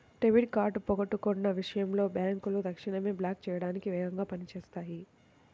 debit card పోగొట్టుకున్న విషయంలో బ్యేంకులు తక్షణమే బ్లాక్ చేయడానికి వేగంగా పని చేత్తాయి